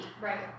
right